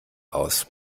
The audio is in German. aus